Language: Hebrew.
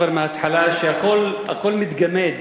כבר מההתחלה שהכול מתגמד